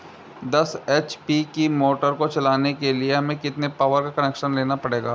दस एच.पी की मोटर को चलाने के लिए हमें कितने पावर का कनेक्शन लेना पड़ेगा?